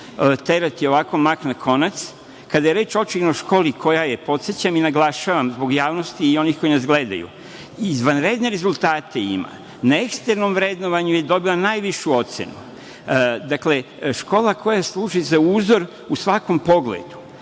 terati ovako mak na konac? Reč je o školi koja, podsećam i naglašavam zbog javnosti i onih koji nas gledaju, ima izvanredne rezultate, na eksternom vrednovanju je dobila najvišu ocenu. Dakle, škola koja služi za uzor u svakom pogledu.